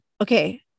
okay